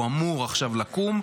הוא אמור עכשיו לקום,